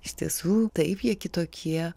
iš tiesų taip jie kitokie